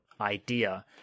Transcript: idea